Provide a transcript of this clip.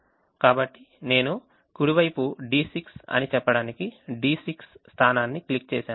కాబట్టి నేను కుడి వైపు D6 అని చెప్పడానికి D6 స్థానాన్ని క్లిక్ చేశాను